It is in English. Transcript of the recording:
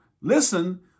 listen